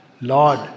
Lord